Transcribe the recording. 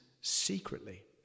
secretly